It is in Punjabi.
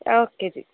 ਓਕੇ ਜੀ